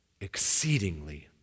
exceedingly